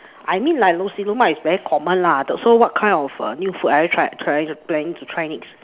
I mean like Nasi-Lemak is very common lah so what kind of err new food are you trying trying to planning to try next